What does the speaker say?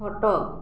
ଖଟ